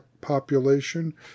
population